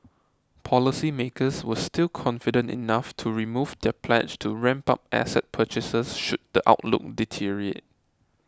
policy makers were still confident enough to remove their pledge to ramp up asset purchases should the outlook deteriorate